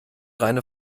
reine